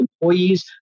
employees